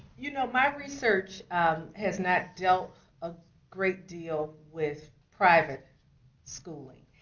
you know, my research has not dealt a great deal with private schooling.